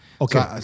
okay